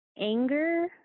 anger